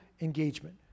engagement